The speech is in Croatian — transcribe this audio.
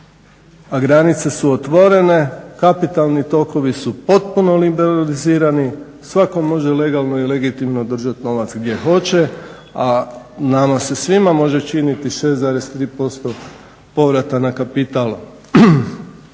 A granice su otvorene, kapitalni tokovi su potpuno liberalizirani, svako može legalno i legitimno držati novac gdje hoće, a nama se svima može činiti 6,3% povrata na kapital